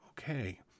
Okay